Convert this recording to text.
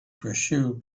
pursue